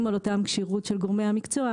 על אותן כשירויות של גורמי המקצוע,